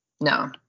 No